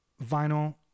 vinyl